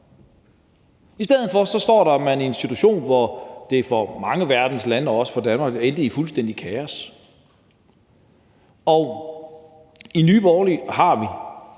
I stedet for står man i en situation, hvor det for mange af verdens lande og også for Danmark endte i fuldstændigt kaos. I Nye Borgerlige har vi